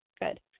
Good